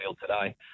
today